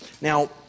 Now